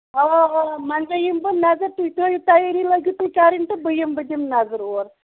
آ آ منٛزٕے یِمہٕ بہٕ نَظر تُہۍ ترٲوو تَیٲری لٲگِو تُہۍ کرٕنۍ تہٕ بہٕ یِمہٕ بہٕ دِمہٕ نظر یور